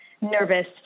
nervous